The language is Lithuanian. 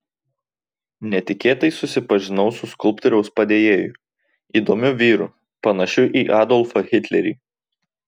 netikėtai susipažinau su skulptoriaus padėjėju įdomiu vyru panašiu į adolfą hitlerį